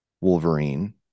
Wolverine